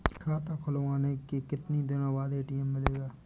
खाता खुलवाने के कितनी दिनो बाद ए.टी.एम मिलेगा?